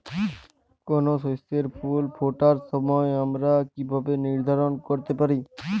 কোনো শস্যের ফুল ফোটার সময় আমরা কীভাবে নির্ধারন করতে পারি?